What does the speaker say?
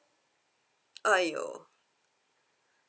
!aiyo!